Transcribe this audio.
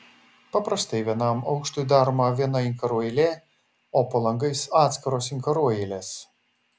paprastai vienam aukštui daroma viena inkarų eilė o po langais atskiros inkarų eilės